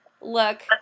Look